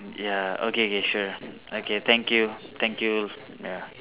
ya okay K sure okay thank you thank you ya